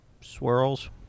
Swirls